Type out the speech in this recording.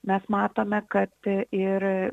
mes matome kad ir